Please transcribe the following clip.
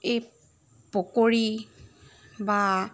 এই পকৰি বা